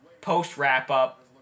post-wrap-up